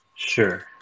Sure